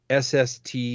sst